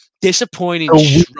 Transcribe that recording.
disappointing